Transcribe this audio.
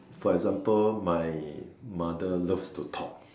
for example my mother love to talk